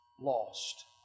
lost